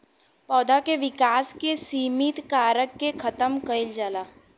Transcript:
पौधा के विकास के सिमित कारक के खतम कईल जाला